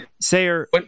Sayer